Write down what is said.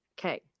okay